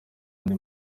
andi